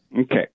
okay